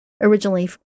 originally